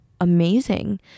amazing